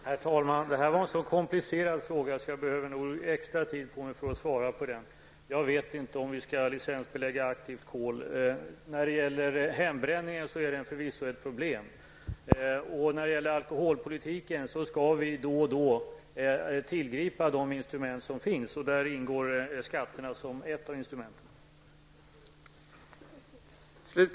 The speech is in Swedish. Herr talman! Det var en så komplicerad fråga att jag behöver extra tid för att svara på den. Jag vet inte om vi skall licensbelägga aktivt kol. Hembränning är förvisso ett problem. När det gäller alkoholpolitiken skall vi då och då tillgripa de instrument som finns, och där ingår skatterna som ett instrument.